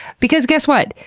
because, guess what?